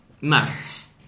Maths